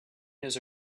his